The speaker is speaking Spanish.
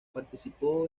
participó